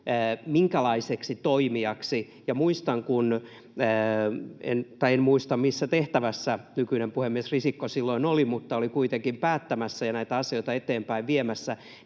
tulee. Tai en muista, missä tehtävässä nykyinen puhemies Risikko silloin oli, mutta hän oli kuitenkin päättämässä ja näitä asioita eteenpäin viemässä.